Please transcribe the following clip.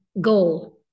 goal